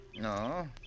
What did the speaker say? No